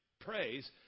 praise